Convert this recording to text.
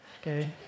Okay